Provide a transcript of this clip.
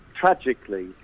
tragically